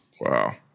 Wow